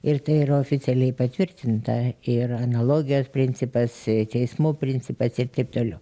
ir tai yra oficialiai patvirtinta ir analogijos principas teismų principas ir taip toliau